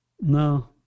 No